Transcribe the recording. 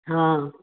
हा